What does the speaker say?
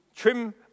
Trim